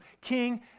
King